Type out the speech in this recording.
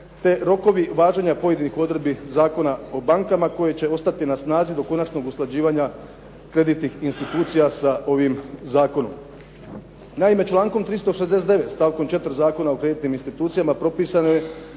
te rokovi važenja pojedinih odredbi Zakona o bankama koje će ostati na snazi do konačnog usklađivanja kreditnih institucija sa ovim zakonom. Naime, člankom 369. stavkom 4. Zakona o kreditnim institucijama propisano je